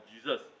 Jesus